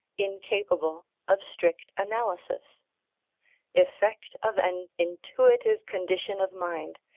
incapable of strict analysis effect of an intuitive condition of mind,